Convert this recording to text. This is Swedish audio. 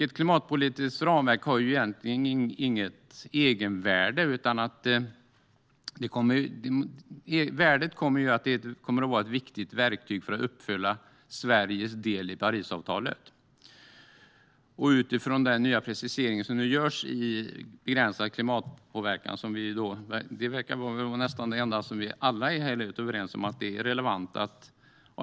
Ett klimatpolitiskt ramverk har egentligen inget egenvärde. Värdet är att det kommer att vara ett viktigt verktyg för att uppfylla Sveriges del i Parisavtalet. Den nya precisering som nu görs vad gäller begränsad klimatpåverkan verkar vara nästan det enda som vi alla är överens om är relevant.